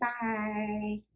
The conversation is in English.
Bye